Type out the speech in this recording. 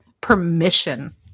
permission